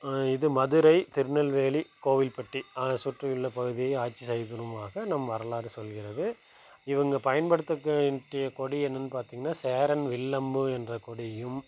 இது மதுரை திருநெல்வேலி கோவில்பட்டி அதை சுற்றியுள்ள பகுதியை ஆட்சி செய்வதுமாக நம் வரலாறு சொல்கிறது இவங்க பயன்படுத்திய கொடி என்னனு பார்த்திங்னா சேரன் வில்லம்பு என்ற கொடியையும்